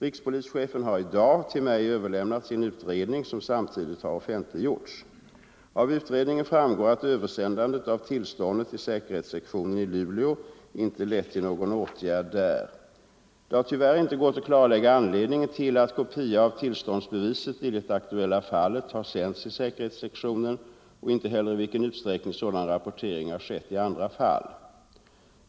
Rikspolischefen har i dag till mig överlämnat sin utredning, som samtidigt har offentliggjorts. Av utredningen framgår att översändandet av tillståndet till säkerhetssektionen i Luleå inte lett till någon åtgärd där. Det har tyvärr inte gått att klarlägga anledningen till att kopia av tillståndsbeviset i det aktuella fallet har sänts till säkerhetssektionen och inte heller i vilken utsträckning sådan rapportering har skett i andra fall.